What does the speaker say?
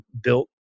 built